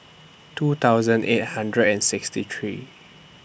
two thousand eight hundred and sixty three